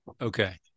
Okay